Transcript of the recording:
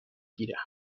گیرم